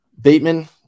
Bateman